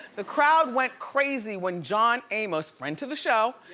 the crowd went crazy when john amos, friend to the show,